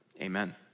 amen